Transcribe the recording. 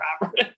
Robert